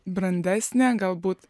brandesnė galbūt